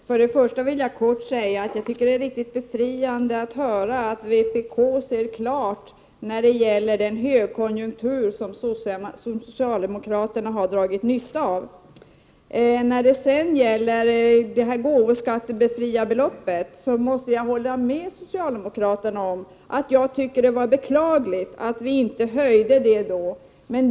Herr talman! Först vill jag bara kort säga att jag tycker att det är riktigt befriande att höra att vpk ser klart när det gäller den högkonjuktur som socialdemokraterna har dragit nytta av. Beträffande det gåvoskattefria beloppet måste jag hålla med socialdemokraterna om att det var beklagligt att vi inte höjde det då.